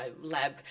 lab